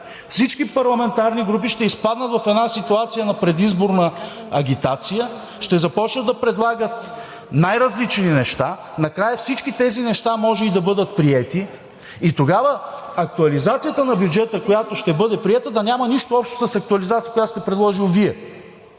всички парламентарни групи ще изпаднат в една ситуация на предизборна агитация, ще започнат да предлагат най различни неща, а накрая всички тези неща може и да бъдат приети и тогава актуализацията на бюджета, която ще бъде приета, да няма нищо общо с актуализацията, която сте предложил Вие.